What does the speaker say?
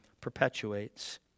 perpetuates